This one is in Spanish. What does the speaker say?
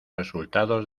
resultados